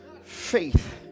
Faith